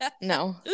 no